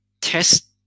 test